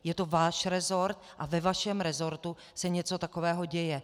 Je to váš resort a ve vašem resortu se něco takového děje.